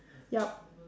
yup